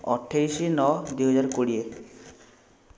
ଅଠେଇଶ ନଅ ଦୁଇ ହଜାର କୋଡ଼ିଏ